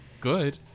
good